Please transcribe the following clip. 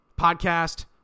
podcast